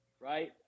right